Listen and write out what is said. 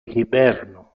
hiberno